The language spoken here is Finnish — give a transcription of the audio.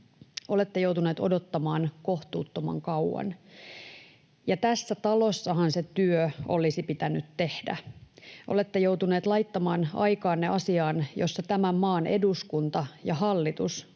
Olette joutuneet odottamaan kohtuuttoman kauan. Tässä talossahan se työ olisi pitänyt tehdä. Olette joutuneet laittamaan aikaanne asiaan, jossa tämän maan eduskunta ja hallitus